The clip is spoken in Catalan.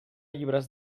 llibres